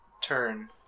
turn